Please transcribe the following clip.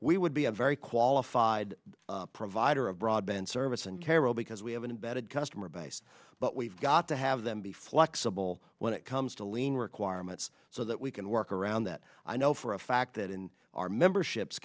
we would be a very qualified provider of broadband service and carol because we have an embedded customer base but we've got to have them be flexible when it comes to lean requirements so that we can work around that i know for a fact that in our memberships